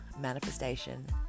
manifestation